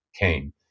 came